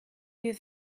you